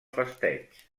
festeig